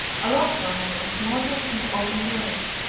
a log fire was smouldering in the open grate.